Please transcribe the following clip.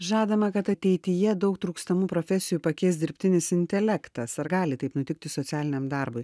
žadama kad ateityje daug trūkstamų profesijų pakeis dirbtinis intelektas ar gali taip nutikti socialiniam darbui